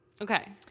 Okay